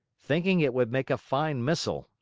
thinking it would make a fine missile,